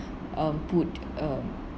um put a